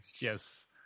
Yes